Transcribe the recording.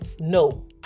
no